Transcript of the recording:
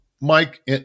Mike